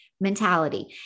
mentality